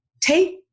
take